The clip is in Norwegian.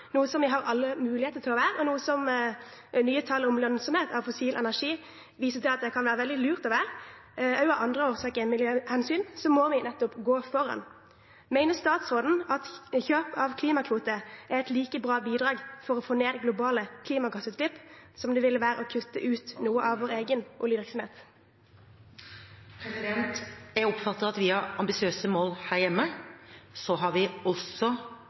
noe som vi har alle muligheter til å være, og noe som nye tall om lønnsomhet av fossil energi viser at det kan være veldig lurt å være, også av andre årsaker enn miljøhensyn, må vi nettopp gå foran. Mener statsråden at kjøp av klimakvoter er et like bra bidrag for å få ned globale klimagassutslipp som det å kutte ut noe av vår egen oljevirksomhet ville være? Jeg oppfatter at vi har ambisiøse mål her hjemme. Vi har også